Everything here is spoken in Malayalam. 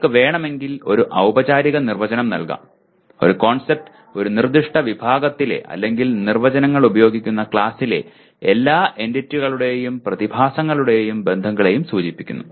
നിങ്ങൾക്ക് വേണമെങ്കിൽ ഒരു ഔപചാരിക നിർവചനം നൽകാം ഒരു കോൺസെപ്റ്റ് ഒരു നിർദ്ദിഷ്ട വിഭാഗത്തിലെ അല്ലെങ്കിൽ നിർവചനങ്ങൾ ഉപയോഗിക്കുന്ന ക്ലാസിലെ എല്ലാ എന്റിറ്റികളെയും പ്രതിഭാസങ്ങളെയും ബന്ധങ്ങളെയും സൂചിപ്പിക്കുന്നു